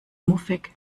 muffig